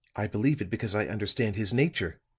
i believe it because i understand his nature,